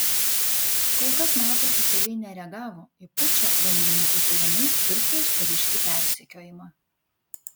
kol kas nato oficialiai nereagavo į pučo rengimu įtariamų turkijos kariškių persekiojimą